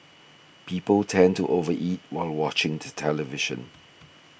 people tend to over eat while watching the television